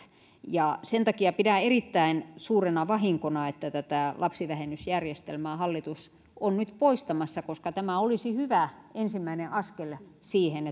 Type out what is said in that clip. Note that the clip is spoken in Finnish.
sen takia pidän erittäin suurena vahinkona että tätä lapsivähennysjärjestelmää hallitus on nyt poistamassa koska tämä olisi hyvä ensimmäinen askel siihen